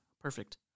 Perfect